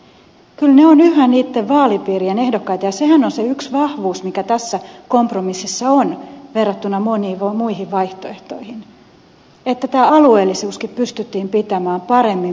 kyllä he ovat yhä niiden vaalipiirien ehdokkaita ja sehän on se yksi vahvuus mikä tässä kompromississa on verrattuna moniin muihin vaihtoehtoihin että tämä alueellisuuskin pystyttiin pitämään paremmin mukana